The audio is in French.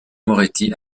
moretti